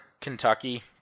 Kentucky